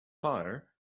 fire